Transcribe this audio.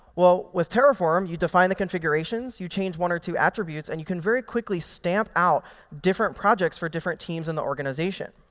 well, with terraform you define the configurations, you change one or two attributes, and you can very quickly stamp out different projects for different teams in the organization.